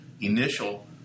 initial